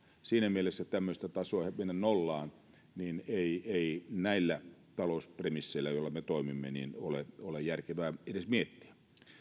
siinä mielessä tämmöistä tasoa että mennään nollaan ei ei näillä talouspremisseillä joilla me toimimme ole ole järkevää edes miettiä